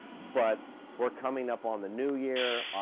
but we're coming up on the new year,